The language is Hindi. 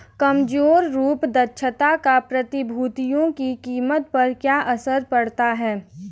कमजोर रूप दक्षता का प्रतिभूतियों की कीमत पर क्या असर पड़ता है?